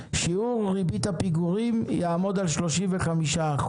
שיעור ריבית הפיגורים יעמוד על 35%,